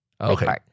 Okay